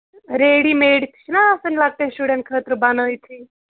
ready made تہِ چھِنہ آسان لۄکٹٮ۪ن شُرٮ۪ن خٲطرٕ بَنٲیِتھٕے